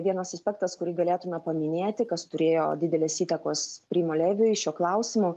vienas aspektas kurį galėtume paminėti kas turėjo didelės įtakos primo leviui šiuo klausimu